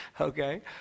okay